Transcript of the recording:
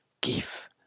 give